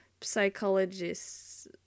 psychologists